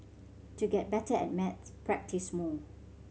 to get better at maths practise more